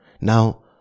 Now